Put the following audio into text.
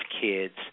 kids